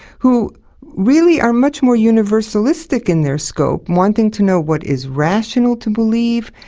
who really are much more universalistic in their scope. wanting to know what is rational to believe,